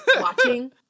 watching